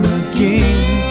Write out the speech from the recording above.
again